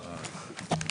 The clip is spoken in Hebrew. הישיבה ננעלה בשעה 13:12.